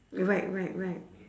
right right right